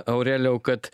aurelijau kad